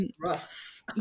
rough